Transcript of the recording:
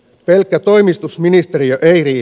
pelkkä toimitusministeriö ei riitä